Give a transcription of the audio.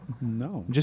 No